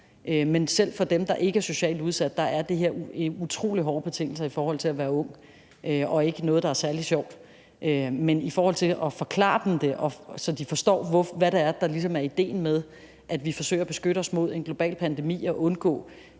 Men selv for dem, der ikke er socialt udsatte, er det her utrolig hårde betingelser i forhold til at være ung og ikke noget, der er særlig sjovt. Men i forhold til at forklare dem det, så de forstår, hvad det ligesom er, der er idéen med, at vi forsøger at beskytte os mod en global pandemi og undgå,